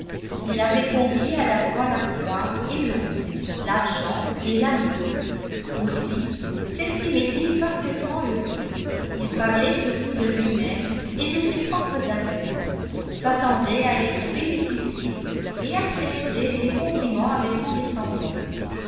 il avait conquis à la fois la proie et l'ombre l'argent et l'amour aussi sestimait il parfaitement heureux il parlait surtout de lui-même et de ses propres affaires s'attendait à être félicité et acceptait les compliments avec condescendance